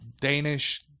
Danish